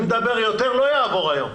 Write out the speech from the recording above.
אם תדבר יותר זה לא יעבור היום.